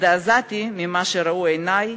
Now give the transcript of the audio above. הזדעזעתי ממה שראו עיני,